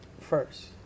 first